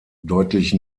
deutlich